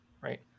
right